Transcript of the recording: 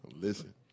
listen